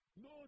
no